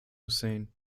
hussein